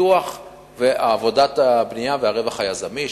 מפיתוח ועבודת הבנייה והרווח היזמי,